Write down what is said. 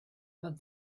but